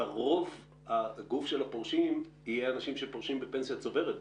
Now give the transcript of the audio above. רוב הגוף של הפורשים יהיו אנשים שפורשים בפנסיה צוברת בכלל.